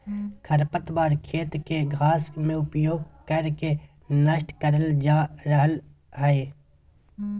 खरपतवार खेत के घास में उपयोग कर के नष्ट करल जा रहल हई